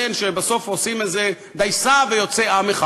שבסופו של דבר עושים איזה דייסה ויוצא עם אחד.